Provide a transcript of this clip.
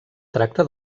tracta